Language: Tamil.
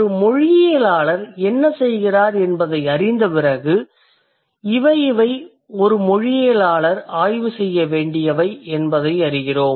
ஒரு மொழியியலாளர் என்ன செய்கிறார் என்பதை அறிந்த பிறகு இவை ஒரு மொழியியலாளர் ஆய்வு செய்ய வேண்டியவை என்பதை அறிகிறோம்